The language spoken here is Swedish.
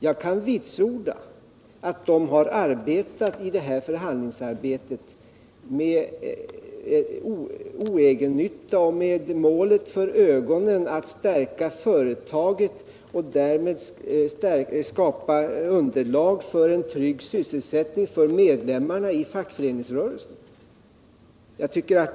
Jag kan vitsorda att de har deltagit i det här förhandlingsarbetet med oegennytta och med målet för ögonen att stärka företaget och därmed skapa underlag för en trygg sysselsättning för medlemmarna i fackföreningsrörelsen.